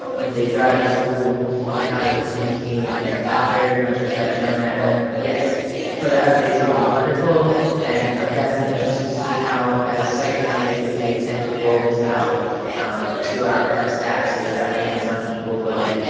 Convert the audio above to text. what they drive to school and how they communicate and i very much respect to you on that. but yes for the updates will be wonderful and i'm definitely interested to see how as site based management, we intend to roll this out to our our staff so that everyone is on equal footing.